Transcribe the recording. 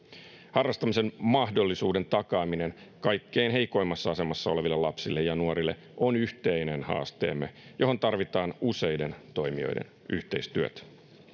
harrastamisen mahdollisuuden takaaminen kaikkein heikoimmassa asemassa oleville lapsille ja nuorille on yhteinen haasteemme johon tarvitaan useiden toimijoiden yhteistyötä